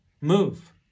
Move